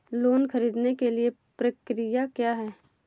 Loan ख़रीदने के लिए प्रक्रिया क्या है?